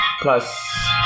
Plus